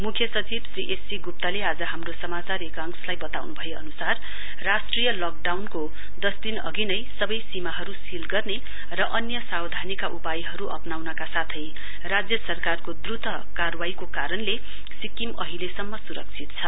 मुख्य सचिव Shri S C गुप्तले आज हाम्रो समाचार एकांशलाई बताउनु भए अनुसार राष्ट्रीय लकडाउनको दस दिनअघि नै सबै सीमाहरू सील गर्ने र अन्य सावधानीका उपायहरू अप्राउनका साथै राज्य सरकारको द्वत कार्रवाईको कारणले सिक्किम अहिलेसम्म सुरक्षित छ